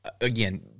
Again